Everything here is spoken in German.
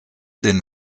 den